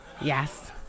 Yes